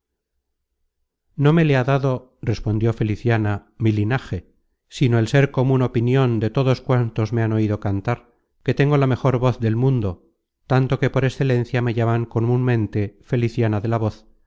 no me le ha dado respondió feliciana mi linaje sino el ser comun opinion de todos cuantos me han oido cantar que tengo la mejor voz del mundo tanto que por excelencia me llaman comunmente feliciana de la voz